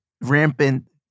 rampant